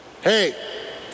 hey